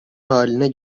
haline